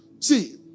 See